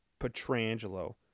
Petrangelo